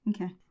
Okay